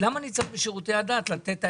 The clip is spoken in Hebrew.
למה אני צריך בשירותי הדת לתת ההיפך?